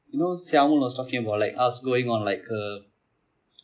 you know syamul was talking about like us going on like a